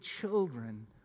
children